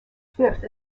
fifth